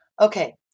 Okay